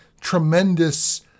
tremendous